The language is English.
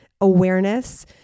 awareness